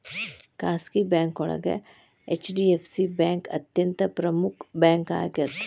ಖಾಸಗಿ ಬ್ಯಾಂಕೋಳಗ HDFC bank ಅತ್ಯಂತ ಪ್ರಮುಖ್ ಬ್ಯಾಂಕಾಗ್ಯದ